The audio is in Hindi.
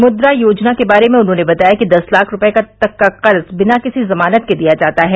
मुद्रा योजना के बारे में उन्होंने बताया कि दस लाख रूपये तक का कर्ज बिना किसी जमानत के दिया जाता है